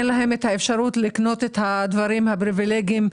שלהן אין את האפשרות לקנות את הדברים הפריווילגים,